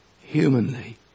humanly